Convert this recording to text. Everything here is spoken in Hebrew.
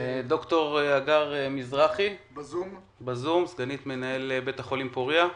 ד"ר הדר מזרחי, סגנית מנהל בית החולים פוריה,